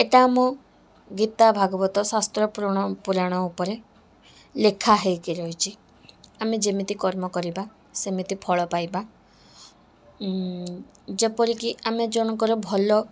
ଏଇଟା ଆମ ଗୀତା ଭାଗବତ ଶାସ୍ତ୍ର ପୁରଣ ପୁରାଣ ଉପରେ ଲେଖା ହେଇକି ରହିଛି ଆମେ ଯେମିତି କର୍ମ କରିବା ସେମିତି ଫଳ ପାଇବା ଯେପରିକି ଆମେ ଜଣଙ୍କର ଭଲ